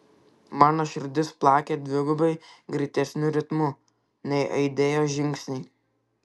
mano širdis plakė dvigubai greitesniu ritmu nei aidėjo žingsniai